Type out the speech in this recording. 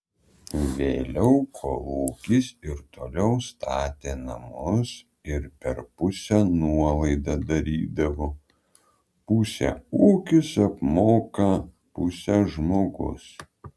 vėliau kolūkis ir toliau statė namus ir per pusę nuolaidą darydavo pusę ūkis apmoka pusę žmogus